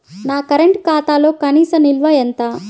నా కరెంట్ ఖాతాలో కనీస నిల్వ ఎంత?